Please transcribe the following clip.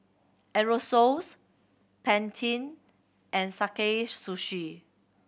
Aerosoles Pantene and Sakae Sushi